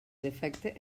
defecte